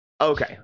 Okay